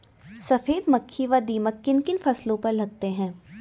सफेद मक्खी व दीमक किन किन फसलों पर लगते हैं?